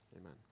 Amen